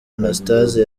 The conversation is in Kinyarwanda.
anastase